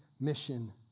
mission